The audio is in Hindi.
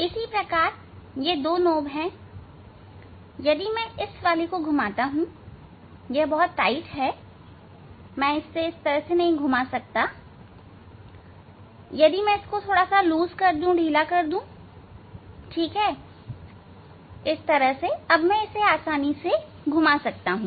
इसी प्रकार की ये 2 नॉब है यदि मैं इस वाली को घुमाता हू यह बहुत टाइट है मैं इसे नहीं घुमा सकता यदि मैं इसे थोड़ा ढीला कर दूं ठीक है अब मैं इसे आसानी से घुमा सकता हूं